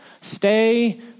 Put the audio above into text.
Stay